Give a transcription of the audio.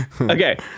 Okay